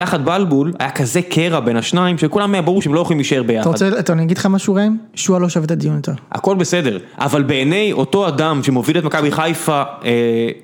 ביחד בלבול היה כזה קרע בין השניים שכולם היה ברור שהם לא הולכים להישאר ביחד. אתה רוצה, אני אגיד לך משהו רעים? שואה לא שווה את הדיון איתה. הכל בסדר, אבל בעיני אותו אדם שמוביל את מכבי חיפה, אה...